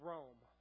Rome